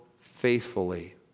faithfully